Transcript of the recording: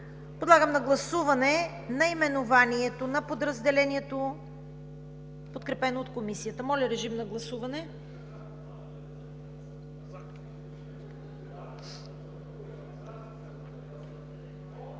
Подлагам на гласуване наименованието на подразделението, подкрепено от Комисията. Гласували